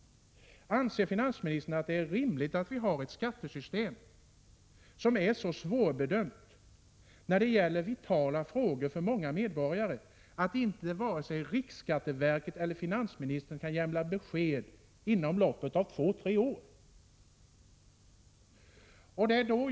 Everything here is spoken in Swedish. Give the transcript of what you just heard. Anser finansministern att det är rimligt att ha ett skattesystem som är så svårbedömt när det gäller vitala frågor för många medborgare att inte vare sig riksskatteverket eller finansministern kan lämna ett besked inom loppet av två tre år?